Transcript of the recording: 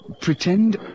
Pretend